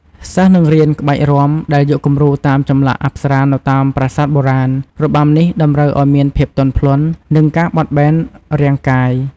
សិស្សនឹងរៀនក្បាច់រាំដែលយកគំរូតាមចម្លាក់អប្សរានៅតាមប្រាសាទបុរាណ របាំនេះតម្រូវឱ្យមានភាពទន់ភ្លន់ និងការបត់បែនរាងកាយ។